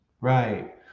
Right